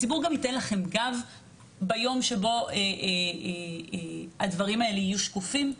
הציבור גם ייתן לכם גב ביום שבו הדברים האלה יהיו שקופים.